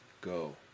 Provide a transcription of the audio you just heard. Go